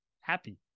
happy